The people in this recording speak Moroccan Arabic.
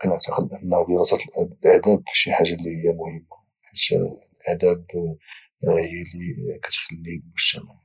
كنعتقد ان دراسة الاداب شي حاجة اللي مهمة حيت هي اللي كتخلي المجتمعات